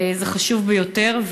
זה חשוב ביותר,